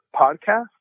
podcast